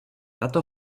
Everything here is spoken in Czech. tato